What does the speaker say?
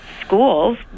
schools